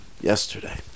yesterday